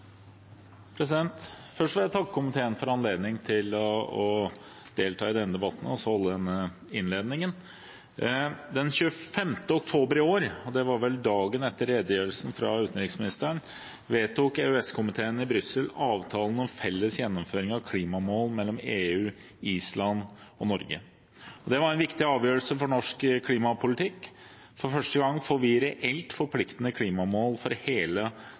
oktober i år – dagen etter redegjørelsen fra utenriksministeren – vedtok EØS-komiteen i Brussel avtalen om felles gjennomføring av klimamål mellom EU, Island og Norge. Det var en viktig avgjørelse for norsk klimapolitikk. For første gang får vi reelt forpliktende klimamål for hele